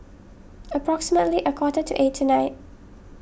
approximately a quarter to eight tonight